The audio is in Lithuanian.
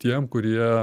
tiem kurie